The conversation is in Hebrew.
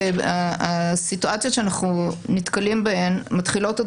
הסיטואציות שאנחנו נתקלים בהן מתחילות עוד